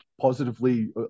positively